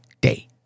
day